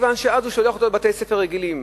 מכיוון שאז הם שולחים אותם לבתי-ספר רגילים,